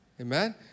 Amen